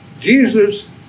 Jesus